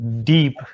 deep